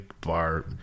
bar